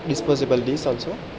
disposable dish also